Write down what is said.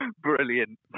Brilliant